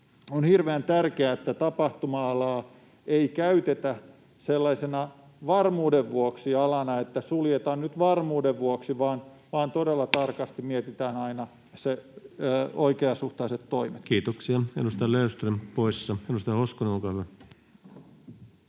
on hirveän tärkeää, että tapahtuma-alaa ei käytetä sellaisena varmuuden vuoksi -alana, että suljetaan nyt varmuuden vuoksi, vaan todella tarkasti mietitään aina ne oikeasuhtaiset toimet. Kiitoksia. — Edustaja Löfström poissa. — Edustaja Hoskonen, olkaa hyvä.